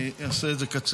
אני אעשה את זה קצר.